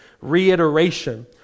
reiteration